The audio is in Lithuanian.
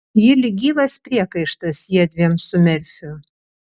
ji lyg gyvas priekaištas jiedviem su merfiu